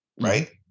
right